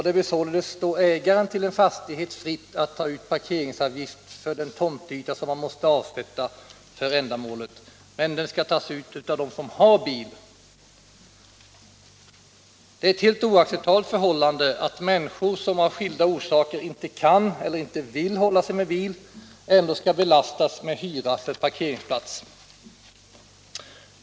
Det bör således stå ägaren till en fastighet fritt att ta ut parkeringsavgift för den tomtyta som han måste avsätta för ändamålet. Men den skall tas ut av den som har bil! Det är ett helt oacceptabelt förhållande att människor som av skilda skäl inte kan eller vill hålla sig med bil ändå skall belastas med hyra för parkeringsplats.